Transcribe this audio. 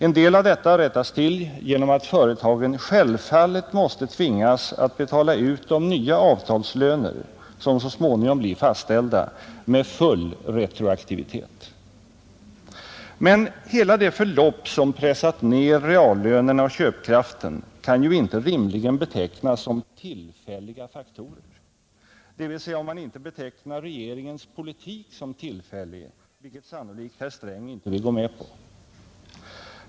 En del av detta rättas till genom att företagen självfallet måste tvingas att betala ut de nya avtalslöner, som så småningom blir fastställda, med full retroaktivitet. Men hela det förlopp som pressat ned reallönerna och köpkraften kan ju inte rimligen betecknas som tillfälliga faktorer, dvs. om man inte betecknar regeringens politik som tillfällig, vilket sannolikt herr Sträng inte vill gå med på.